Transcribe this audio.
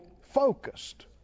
focused